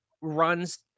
runs